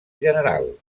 general